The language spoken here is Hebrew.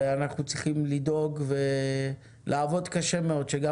ואנחנו צריכים לדאוג ולעבוד קשה מאוד שגם